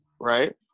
right